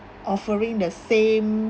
offering the same